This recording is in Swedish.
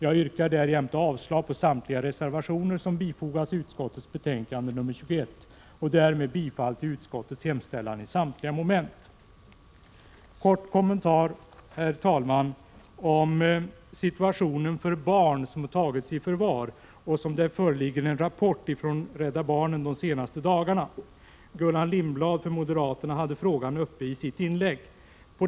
Jag yrkar därjämte avslag på samtliga reservationer som bifogats utskottets betänkande nr 21 och därmed bifall till utskottets hemställan i samtliga moment. 157 En kort kommentar, herr talman, om situationen för barn som har tagits i förvar. En rapport härom från Rädda barnen har kommit under de senaste dagarna.